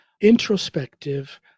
introspective